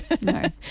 No